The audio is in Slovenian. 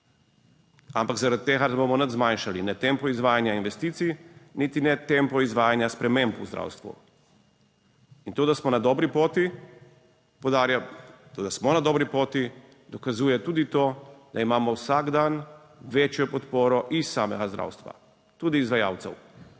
Ampak zaradi tega ne bomo nič zmanjšali tempo izvajanja investicij, niti ne tempo izvajanja sprememb v zdravstvu. In to, da smo na dobri poti, dokazuje tudi to, da imamo vsak dan večjo podporo iz samega zdravstva, tudi izvajalcev